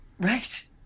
Right